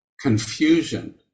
confusion